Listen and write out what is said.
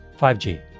5G